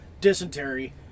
dysentery